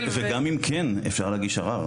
וגם אם כן, אפשר להגיש ערר.